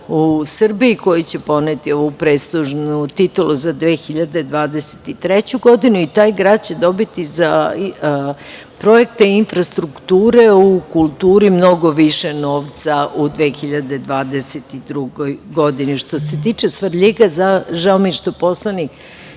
u Srbiji koji će poneti ovu prestižnu titulu za 2023. godinu i taj grad će dobiti projekte infrastrukture u kulturi mnogo više novca u 2022. godini. Što se tiče Svrljiga, žao mi je što je poslanik